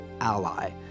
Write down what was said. ally